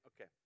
Okay